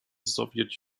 soviet